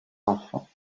enfants